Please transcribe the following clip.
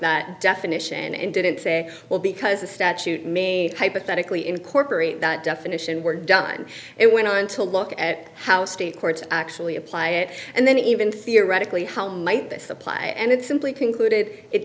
that definition and didn't say well because the statute me hypothetically incorporate that definition were done it went on to look at how state courts actually apply it and then even theoretically how might this apply and it simply concluded it